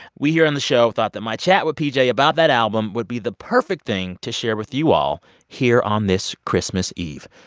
we here on the show thought that my chat with pj about that album would be the perfect thing to share with you all here on this christmas eve.